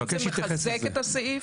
זה מחזק את הסעיף?